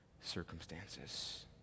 circumstances